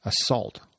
assault